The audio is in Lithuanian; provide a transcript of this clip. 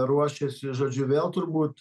ruošiasi žodžiu vėl turbūt